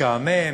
משעמם,